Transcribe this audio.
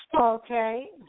Okay